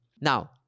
Now